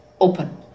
open